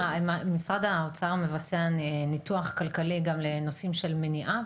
יש לי שאלה: משרד האוצר מבצע ניתוח כלכלי גם לנושאים של מניעה,